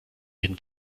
jeden